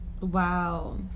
Wow